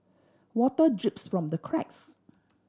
water drips from the cracks